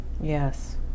Yes